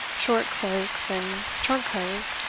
short cloaks, and trunk-hose,